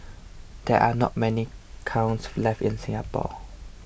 there are not many kilns left in Singapore